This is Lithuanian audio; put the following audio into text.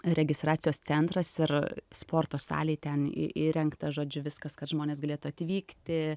registracijos centras ir sporto salė ten į įrengta žodžiu viskas kad žmonės galėtų atvykti